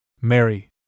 Mary